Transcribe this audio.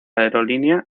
aerolínea